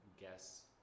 guess